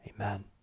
Amen